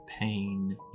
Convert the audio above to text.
pain